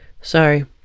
Sorry